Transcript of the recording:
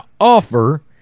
offer